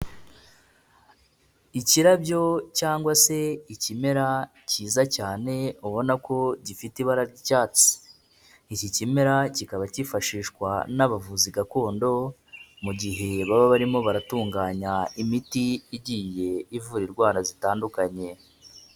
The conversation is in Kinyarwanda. Ikirabyo cyangwa se ikimera cyiza cyane ubona ko gifite ibara ry'icyatsi. Iki kimera kikaba cyifashishwa n'abavuzi gakondo mu gihe baba barimo baratunganya imiti igiye ivura indwara zitandukanye.